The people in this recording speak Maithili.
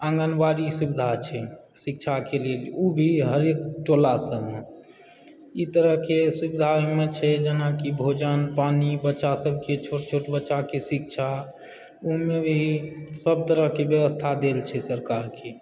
आँगनवाड़ी सुविधा छै शिक्षाके लेल ऊभी हरेक टोला सबमे ई तरह के सुविधा ओहिमे छै जेनाकि भोजन पानि बच्चा सबके छोट छोट बच्चा के शिक्षा ओहिमे भी सबतरह के व्यवस्था देल छै सरकार के